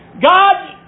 God